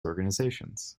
organizations